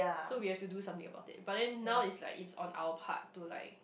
so we have to do something about it but then now is like it's on our part to like